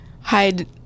hide